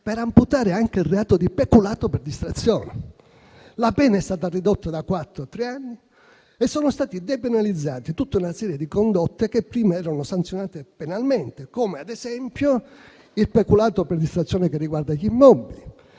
di amputare anche il reato di peculato per distrazione. La pena è stata ridotta da quattro a tre anni e sono state depenalizzate tutta una serie di condotte che prima erano sanzionate penalmente, come ad esempio il peculato per distrazione che riguarda gli immobili,